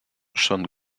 son